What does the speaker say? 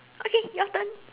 okay your turn